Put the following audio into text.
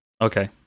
Okay